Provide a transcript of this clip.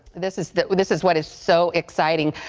this is this is what is so exciting.